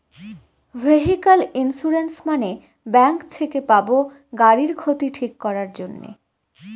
vehicle insurance মানে bank থেকে পাবো গাড়ির ক্ষতি ঠিক করাক জন্যে